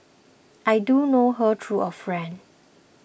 I do know her through a friend